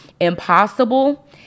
impossible